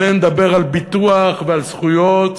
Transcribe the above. עלינו לדבר על ביטוח ועל זכויות,